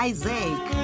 Isaac